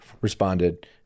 responded